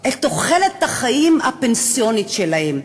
את תוחלת החיים הפנסיונית שלהם,